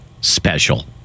special